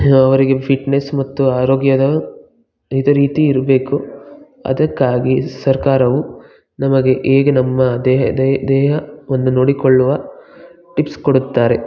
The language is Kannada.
ಅವರಿಗೆ ಫಿಟ್ ನೆಸ್ ಮತ್ತು ಆರೋಗ್ಯದ ಇದೇ ರೀತಿ ಇರಬೇಕು ಅದಕ್ಕಾಗಿ ಸರ್ಕಾರವು ನಮಗೆ ಹೇಗೆ ನಮ್ಮ ದೇಹ ದೇಹವನ್ನು ನೋಡಿಕೊಳ್ಳುವ ಟಿಪ್ಸ್ ಕೊಡುತ್ತಾರೆ